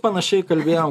panašiai kalbėjo